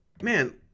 Man